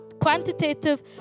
quantitative